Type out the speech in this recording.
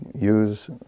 use